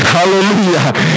Hallelujah